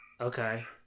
Okay